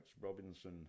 robinson